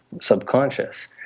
subconscious